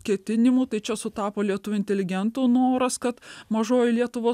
ketinimų tai čia sutapo lietuvių inteligentų noras kad mažoji lietuva